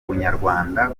ubunyarwanda